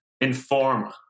inform